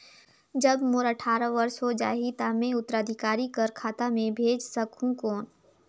जब मोर अट्ठारह वर्ष हो जाहि ता मैं उत्तराधिकारी कर खाता मे भेज सकहुं कौन?